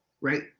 Right